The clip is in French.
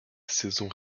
saison